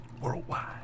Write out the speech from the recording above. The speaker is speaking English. Worldwide